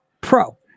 pro